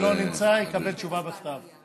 כל מי שלא נמצא יקבל תשובה בכתב.